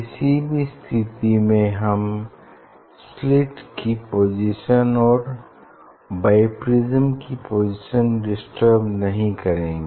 किसी भी स्थिति में हम स्लिट की पोजीशन और बाईप्रिज्म की पोजीशन डिस्टर्ब नहीं करेंगे